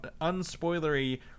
unspoilery